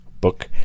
book